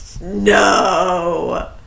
No